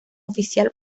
oficial